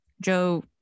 Joe